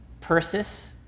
Persis